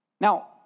Now